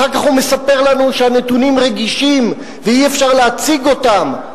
אחר כך הוא מספר לנו שהנתונים רגישים ואי-אפשר להציג אותם,